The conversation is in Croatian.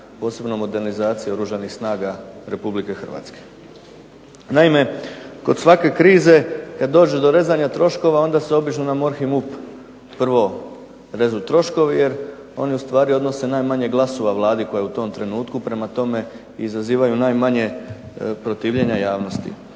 posebno modernizacije Oružanih snaga Republike Hrvatske. Naime, kod svake krize kada dođe do rezanje troškova onda se obično na MORH i MUP režu troškovi jer oni ustvari odnose najmanje glasova Vladi koja je u ovom trenutku prema tome izazivaju najmanje protivljenja javnosti.